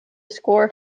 score